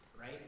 right